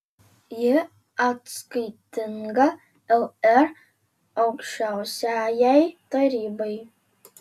ji atskaitinga lr aukščiausiajai tarybai